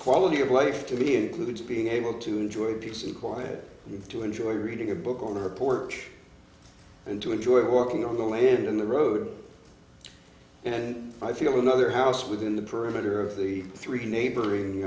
quality of life to be includes being able to enjoy peace and quiet and to enjoy reading a book on her porch and to enjoy walking on the land in the road and i feel another house within the perimeter of the three neighboring